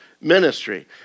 Ministry